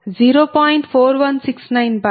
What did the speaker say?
10 j4